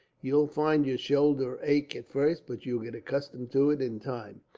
you'll find your shoulder ache, at first but you'll get accustomed to it, in time.